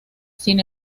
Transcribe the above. sin